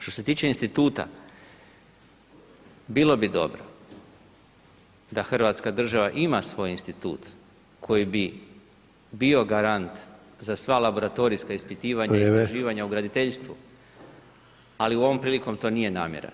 Što se tiče instituta, bilo bi dobro da Hrvatska država ima svoj institut koji bi bio garant za sva laboratorijska ispitivanja i istraživanja u graditeljstvu, ali ovom prilikom to nije namjera.